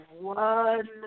one